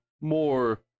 more